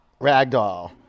Ragdoll